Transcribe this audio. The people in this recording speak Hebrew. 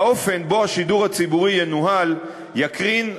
האופן שבו השידור הציבורי ינוהל יקרין,